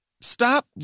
stop